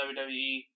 WWE